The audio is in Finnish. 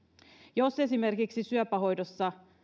jos esimerkiksi syöpähoidossa